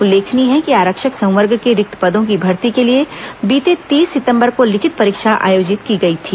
उल्लेखनीय है कि आरक्षक संवर्ग के रिक्त पदों की भर्ती के लिए बीते तीस सितम्बर को लिखित परीक्षा आयोजित की गई थी